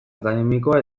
akademikoa